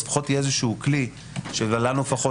אז לפחות יהיה איזשהו כלי שלנו לפחות